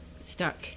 stuck